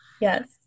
Yes